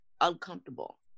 uncomfortable